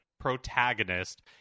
protagonist